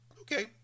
okay